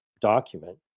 document